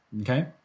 Okay